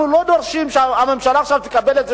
אנחנו לא דורשים שהממשלה תקבל עכשיו